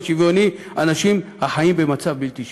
שוויוני אנשים החיים במצב בלתי שוויוני.